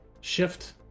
Shift